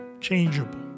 changeable